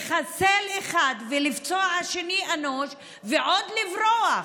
לחסל אחד ולפצוע את השני אנושות ועוד לברוח?